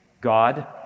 God